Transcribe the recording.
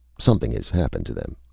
something has happened to them.